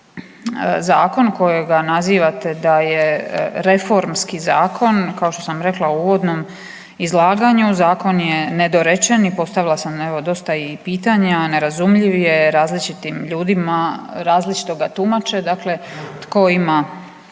zakon kojega nazivate da je reformski zakon, kao što sam rekla u uvodnom izlaganju, zakon je nedorečen i postavila sam evo dosta i pitanja, nerazumljiv je različitim ljudima, različito ga tumače. Dakle tko ima